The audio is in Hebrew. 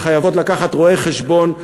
שחייבים לקחת רואה-חשבון,